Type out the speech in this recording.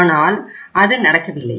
ஆனால் அது நடக்கவில்லை